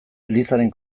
elizaren